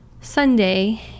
sunday